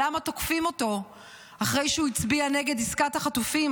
למה תוקפים אותו אחרי שהוא הצביע נגד עסקת החטופים,